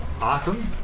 Awesome